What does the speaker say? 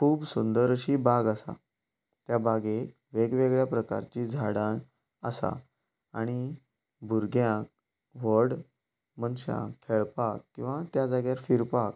खूब सुंदर अशी बाग आसा त्या बागेंत वेगवेगळ्या प्रकारचीं झाडां आसा आनी भुरग्यांक व्हड मनशांक खेळपाक किंवां त्या जाग्यार फिरपाक